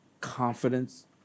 confidence